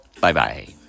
Bye-bye